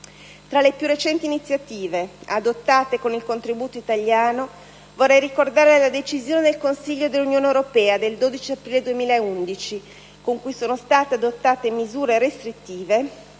Tra le più recenti iniziative adottate con il contributo italiano, vorrei ricordare la decisione del Consiglio dell'Unione europea del 12 aprile 2011 con cui sono state adottate misure restrittive